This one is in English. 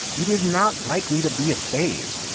it is not likely to be a phase.